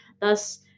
thus